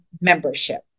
membership